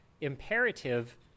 imperative